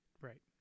Right